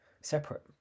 separate